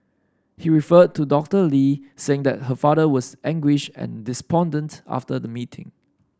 he referred to Doctor Lee saying that her father was anguished and despondent after the meeting